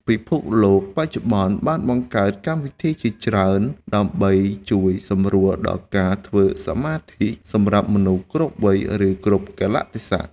ពិភពលោកបច្ចុប្បន្នបានបង្កើតកម្មវិធីជាច្រើនដើម្បីជួយសម្រួលដល់ការធ្វើសមាធិសម្រាប់មនុស្សគ្រប់វ័យ ឬ គ្រប់កាលៈទេសៈ។